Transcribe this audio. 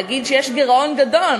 להגיד שיש גירעון גדול,